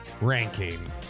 ranking